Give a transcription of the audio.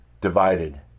divided